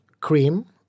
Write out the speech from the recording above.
cream